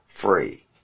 free